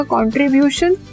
Contribution